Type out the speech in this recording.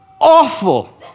Awful